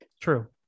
True